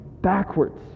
Backwards